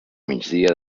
migdia